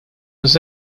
was